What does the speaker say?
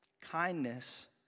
kindness